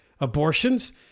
abortions